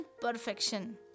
perfection